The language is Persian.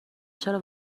چرا